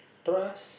trust